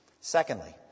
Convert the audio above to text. Secondly